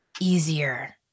easier